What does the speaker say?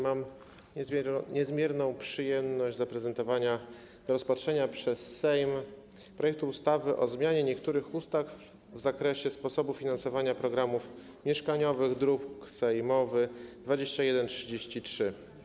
Mam niezmierną przyjemność zaprezentowania do rozpatrzenia przez Sejm projektu ustawy o zmianie niektórych ustaw w zakresie sposobu finansowania programów mieszkaniowych, druk sejmowy nr 2133.